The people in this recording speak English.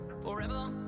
Forever